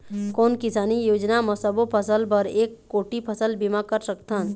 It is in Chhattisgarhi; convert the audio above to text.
कोन किसानी योजना म सबों फ़सल बर एक कोठी फ़सल बीमा कर सकथन?